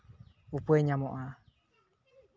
ᱩᱯᱟᱭ ᱧᱟᱢᱚᱜᱼᱟ